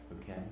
okay